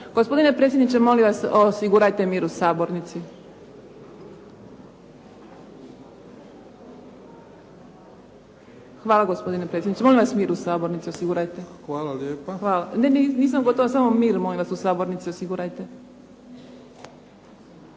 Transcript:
Gospodine predsjedniče, molim vas osigurajte mir u sabornici. Hvala gospodine predsjedniče. Molim vas mir u sabornici osigurajte. **Bebić, Luka (HDZ)** Hvala lijepa. **Škulić, Vesna (SDP)** Samo mir molim vas u sabornici osigurajte.